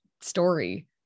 story